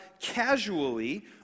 casually